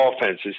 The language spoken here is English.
offenses